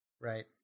right